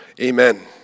Amen